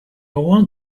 want